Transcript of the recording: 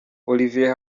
olivier